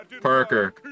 Parker